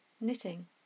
knitting